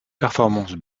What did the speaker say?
performances